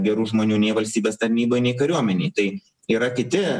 gerų žmonių nei valstybės tarnyboj nei kariuomenėj tai yra kiti